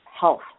health